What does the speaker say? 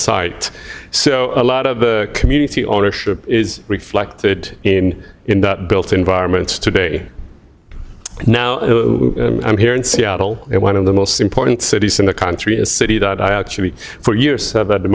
site so a lot of the community ownership is reflected in in the built environment today now i'm here in seattle and one of the most important cities in the country a city that i actually for years